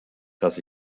dass